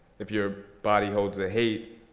if your body holds a hate,